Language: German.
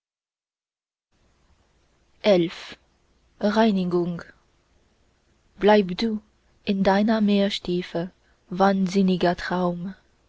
reinigung bleib du in deiner meerestiefe wahnsinniger traum